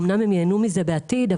אמנם הם ייהנו מזה בעתיד,